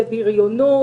זה בריונות,